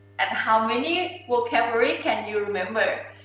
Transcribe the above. and how many vocabulary can you remember?